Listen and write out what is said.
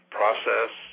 process